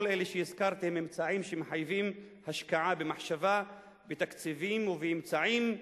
כל אלה שהזכרתי הם אמצעים שמחייבים השקעה במחשבה ובתקציבים ובאמצעים.